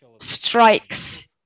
strikes